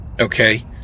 Okay